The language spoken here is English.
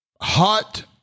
Hot